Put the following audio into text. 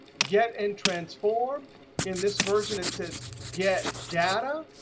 get and transform in this version it says get data.